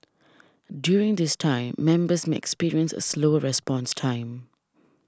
during this time members may experience a slower response time